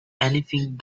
anything